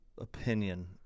opinion